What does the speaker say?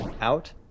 out